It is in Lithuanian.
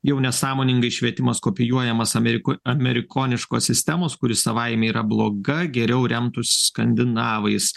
jau nesąmoningai švietimas kopijuojamas ameriko amerikoniškos sistemos kuri savaime yra bloga geriau remtųsi skandinavais